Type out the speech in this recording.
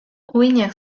uhinak